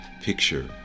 picture